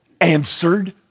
answered